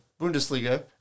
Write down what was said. Bundesliga